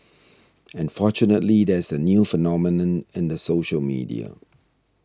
and fortunately there is a new phenomenon in the social media